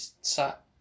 sat